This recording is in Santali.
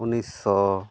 ᱩᱱᱤᱥᱥᱚ